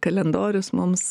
kalendorius mums